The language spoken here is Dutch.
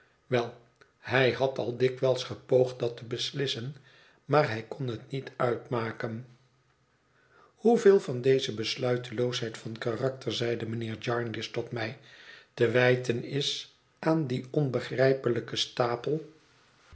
wel hij had al dikwijls gepoogd dat te beslissen maar hij kon het niet uitmaken hoeveel van deze besluiteloosheid van karakter zeide mijnheer jarndyce tot mij te wijten is aan dien onbegrijpelijker stapel